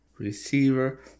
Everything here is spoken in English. Receiver